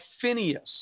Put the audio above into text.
Phineas